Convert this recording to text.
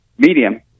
medium